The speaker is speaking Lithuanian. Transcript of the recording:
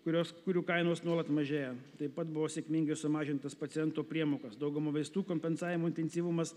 kurios kurių kainos nuolat mažėja taip pat buvo sėkmingai sumažintas paciento priemokos dauguma vaistų kompensavimo intensyvumas